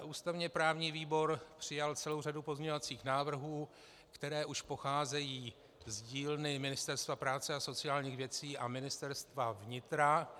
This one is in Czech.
Ústavněprávní výbor přijal celou řadu pozměňovacích návrhů, které už pocházejí z dílny Ministerstva práce a sociálních věcí a Ministerstva vnitra.